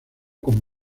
con